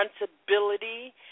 responsibility